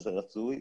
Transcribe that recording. זה רצוי,